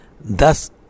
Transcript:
thus